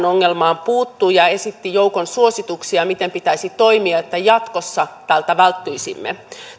ongelmaan puuttui ja esitti joukon suosituksia miten pitäisi toimia että jatkossa tältä välttyisimme